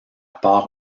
part